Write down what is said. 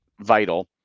vital